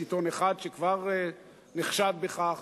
יש עיתון אחד שכבר נחשד בכך.